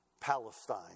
Palestine